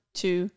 two